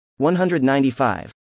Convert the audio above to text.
195